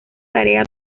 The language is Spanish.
tarea